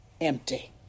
empty